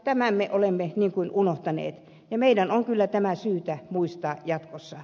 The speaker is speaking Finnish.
tämän me olemme unohtaneet ja meidän on kyllä syytä muistaa tämä jatkossa